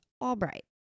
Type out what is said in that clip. Albright